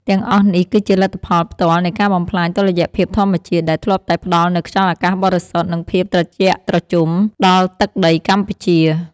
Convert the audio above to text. ទាំងអស់នេះគឺជាលទ្ធផលផ្ទាល់នៃការបំផ្លាញតុល្យភាពធម្មជាតិ ដែលធ្លាប់តែផ្តល់នូវខ្យល់អាកាសបរិសុទ្ធ និងភាពត្រជាក់ត្រជុំដល់ទឹកដីកម្ពុជា។